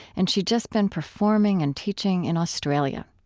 and she'd just been performing and teaching in australia.